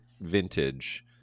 vintage